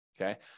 Okay